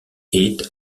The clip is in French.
est